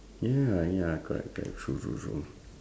ya ya correct correct true true true